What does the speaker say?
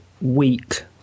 weak